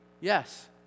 Yes